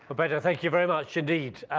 umberto thank you very much indeed.